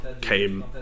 came